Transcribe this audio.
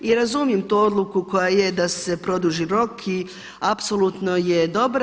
I razumijem tu odluku koja je da se produži rok i apsolutno je dobra.